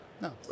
No